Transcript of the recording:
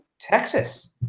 Texas